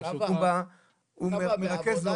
הוא מרכז,